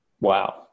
Wow